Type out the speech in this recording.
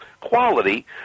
quality